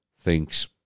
thinks